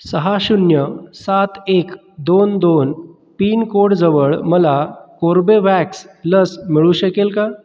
सहा शून्य सात एक दोन दोन पिनकोडजवळ मला कोर्बेवॅक्स लस मिळू शकेल का